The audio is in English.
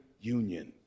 union